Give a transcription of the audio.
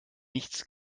nichts